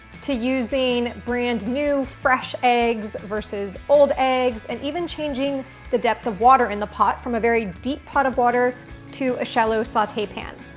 to using brand-new fresh eggs versus old eggs and even changing the depth of water in the pot from a very deep pot of water to a shallow saute pan.